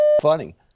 funny